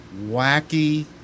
wacky